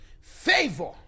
favor